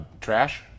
trash